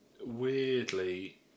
weirdly